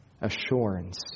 assurance